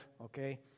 okay